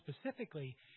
specifically